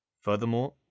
Furthermore